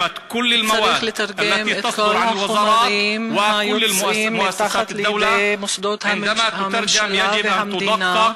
צריך לתרגם את כל החומרים היוצאים מתחת ידי מוסדות הממשלה והמדינה.